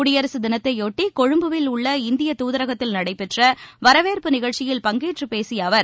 குடியரசு தினத்தையொட்டி கொழும்புவில் உள்ள இந்தியத் தூதரகத்தில் நடைபெற்ற வரவேற்பு நிகழ்ச்சியில் பங்கேற்றுப் பேசிய அவர்